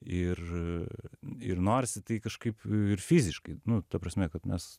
ir ir norisi tai kažkaip ir fiziškai nu ta prasme kad mes